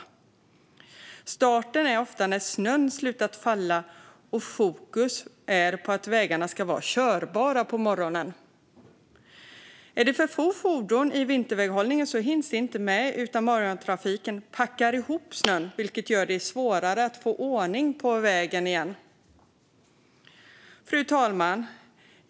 Man startar ofta när snön slutat falla, och fokus är på att vägarna ska vara körbara på morgonen. Är det för få fordon som deltar i vinterväghållningen hinns detta inte med, utan morgontrafiken packar ihop snön, vilket gör det svårare att få ordning på vägen igen. Fru talman!